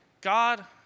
God